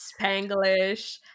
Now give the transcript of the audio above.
Spanglish